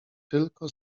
tylko